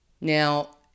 Now